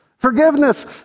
Forgiveness